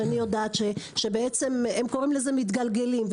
שהם קוראים לזה מתגלגלים,